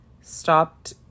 stopped